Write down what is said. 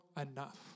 enough